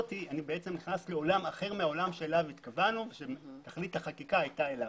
אני נכנס לעולם אחר מהעולם שאליו התכוונו שתכלית החקיקה הייתה אליו.